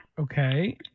Okay